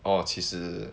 oh 其实